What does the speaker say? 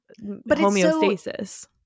homeostasis